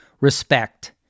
Respect